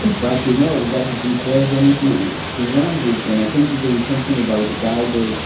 but you know, but it refers only to to one book, and i think that there is something about the bible,